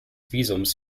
visums